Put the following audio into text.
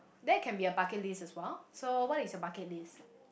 that can be a bucket list as well so what is your bucket list